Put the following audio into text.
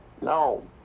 No